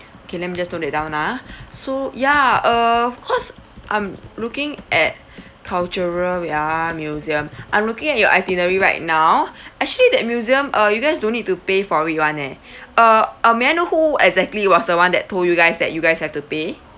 okay let me just note that down ah so ya err cause I'm looking at cultural wait ah museum I'm looking at your itinerary right now actually that museum uh you guys don't need to pay for it [one] eh uh uh may I know who exactly was the one that told you guys that you guys have to pay